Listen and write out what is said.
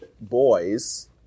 boys